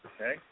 Okay